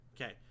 Okay